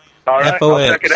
fos